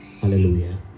Hallelujah